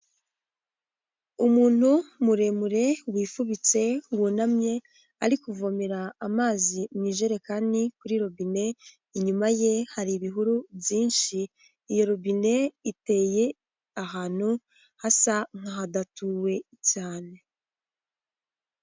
Umuntu muremure wifubitse, wunamye, ari kuvomera amazi mu ijerekani, kuri robine, inyuma ye hari ibihuru byinshi, iyo robine iteye ahantu hasa nk'ahadatuwe cyane.